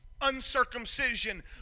Uncircumcision